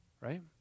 right